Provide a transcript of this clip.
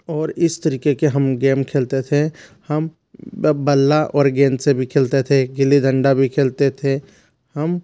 और इस तरीके के हम गेम खेलते थे हम बल्ला और गेंद से भी खेलते थे एक गिल्ली झंडा भी खेलते थे हम